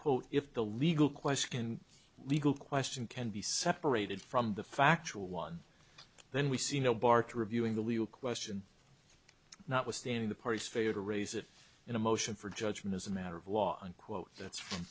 quote if the legal question legal question can be separated from the factual one then we see no bar to reviewing the legal question notwithstanding the parties failure to raise it in a motion for judgment as a matter of law unquote that's